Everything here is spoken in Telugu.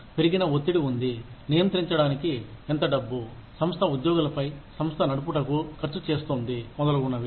పెరిగిన ఒత్తిడి ఉంది నియంత్రించడానికి ఎంత డబ్బు సంస్థ ఉద్యోగులపై సంస్థ నడుపుటకు ఖర్చు చేస్తోంది మొదలగునవి